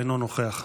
אינו נוכח,